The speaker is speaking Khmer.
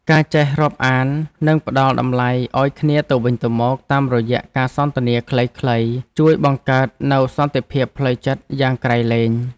ការចេះរាប់អាន និងផ្ដល់តម្លៃឱ្យគ្នាទៅវិញទៅមកតាមរយៈការសន្ទនាខ្លីៗជួយបង្កើតនូវសន្តិភាពផ្លូវចិត្តយ៉ាងក្រៃលែង។